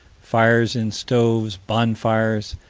fires in stoves, bonfires,